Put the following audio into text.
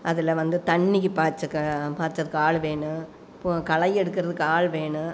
அதில் வந்து தண்ணிக்கு பாய்ச்சக்க பாய்ச்சறதுக்கு ஆள் வேணும் இப்போது களை எடுக்கிறதுக்கு ஆள் வேணும்